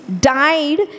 died